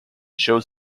shows